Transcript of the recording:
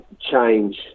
change